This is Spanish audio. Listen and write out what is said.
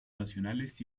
nacionales